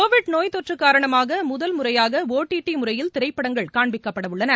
Covid நோய் தொற்று காரணமாக முதல் முறையாக ஒ டி டி முறையில் திரைப்படங்கள் காண்பிக்கப்பட உள்ளன